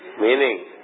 Meaning